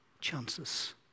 chances